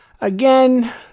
again